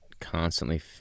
constantly